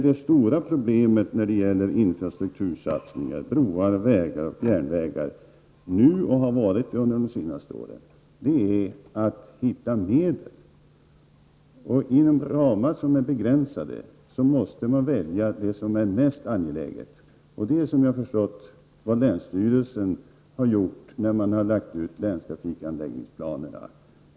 Det stora problemet när det gäller infrastruktursatsningar -- det gäller då broar, vägar och järnvägar -- är, och har varit under de senaste åren, att hitta medel. När man har ramar som är begränsade måste man välja det som är mest angeläget. Såvitt jag förstår är det också vad länsstyrelsen har gjort när man har lagt ut länstrafikanläggningsplanerna.